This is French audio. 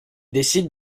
décident